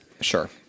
Sure